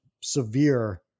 severe